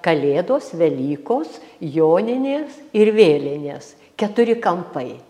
kalėdos velykos joninės ir vėlinės keturi kampai